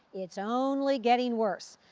it's only getting worse.